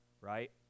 right